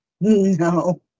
No